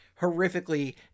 horrifically